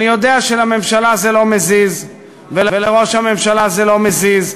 אני יודע שלממשלה זה לא מזיז ולראש הממשלה זה לא מזיז,